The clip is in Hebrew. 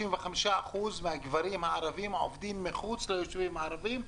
55% מהגברים הערביים עובדים מחוץ ליישובים הערביים,